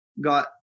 got